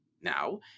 now